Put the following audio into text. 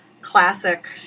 classic